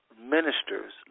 ministers